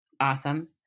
Awesome